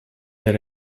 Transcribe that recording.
that